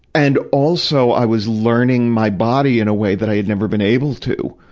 and also, i was learning my body in a way that i had never been able to,